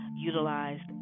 utilized